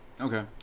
Okay